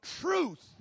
truth